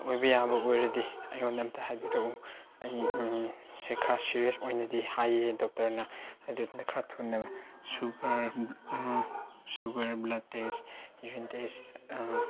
ꯑꯣꯏꯕ ꯌꯥꯕ ꯑꯣꯏꯔꯗꯤ ꯑꯩꯉꯣꯟꯗ ꯑꯝꯇ ꯍꯥꯏꯕꯤꯔꯛꯎ ꯑꯩ ꯈꯔ ꯁꯦꯔꯦꯁ ꯑꯣꯏꯅꯗꯤ ꯍꯥꯏꯌꯦ ꯗꯣꯛꯇꯔꯅ ꯑꯗꯨ ꯑꯝꯇ ꯈꯔ ꯊꯨꯅꯕ sugar blood test urine test